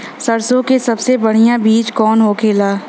सरसों का सबसे बढ़ियां बीज कवन होखेला?